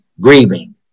grieving